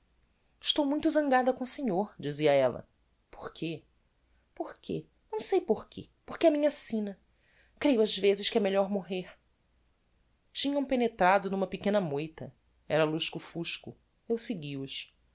estou muito zangada com o senhor dizia ella porque porque não sei porque porque é a minha sina creio ás vezes que é melhor morrer tinham penetrado n'uma pequena moita era lusco-fusco eu segui os